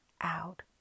out